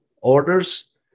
orders